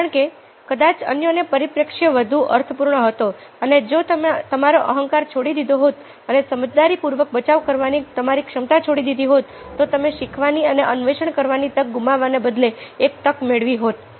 કારણ કે કદાચ અન્યનો પરિપ્રેક્ષ્ય વધુ અર્થપૂર્ણ હતો અને જો તમે તમારો અહંકાર છોડી દીધો હોત અને સમજદારીપૂર્વક બચાવ કરવાની તમારી ક્ષમતા છોડી દીધી હોત તો તમે શીખવાની અને અન્વેષણ કરવાની તક ગુમાવવાને બદલે એક તક મેળવી હોત